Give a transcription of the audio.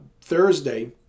Thursday